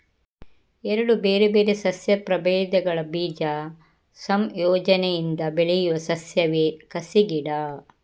ಎರಡು ಬೇರೆ ಬೇರೆ ಸಸ್ಯ ಪ್ರಭೇದಗಳ ಬೀಜ ಸಂಯೋಜನೆಯಿಂದ ಬೆಳೆಯುವ ಸಸ್ಯವೇ ಕಸಿ ಗಿಡ